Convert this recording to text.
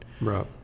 Right